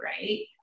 Right